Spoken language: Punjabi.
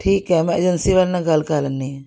ਠੀਕ ਹੈ ਮੈਂ ਏਜੰਸੀ ਵਾਲਿਆਂ ਨਾਲ਼ ਗੱਲ ਕਰ ਲੈਂਦੀ ਹਾਂ